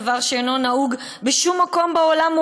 "דבר שאינו נהוג בשום מקום בעולם",